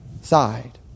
side